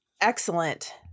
Excellent